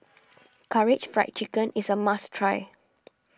Karaage Fried Chicken is a must try